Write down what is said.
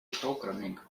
programming